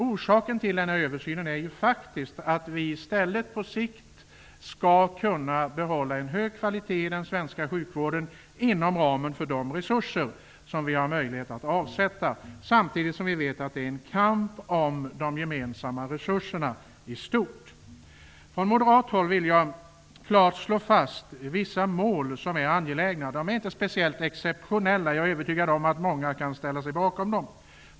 Orsaken till att vi vill göra denna översyn är faktiskt att vi i stället på sikt skall kunna behålla en hög kvalitet i den svenska sjukvården inom ramen för de resurser som vi har möjlighet att avsätta. Samtidigt vet vi att det är en kamp om de gemensamma resurserna i stort. Från moderat håll vill jag klart slå fast vissa mål som är angelägna. De är inte speciellt exceptionella. Jag är övertygad om att många kan ställa sig bakom dem.